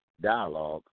dialogue